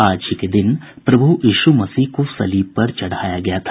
आज ही के दिन प्रभु यीशू मसीह को सलीब पर चढ़ाया गया था